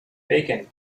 bacon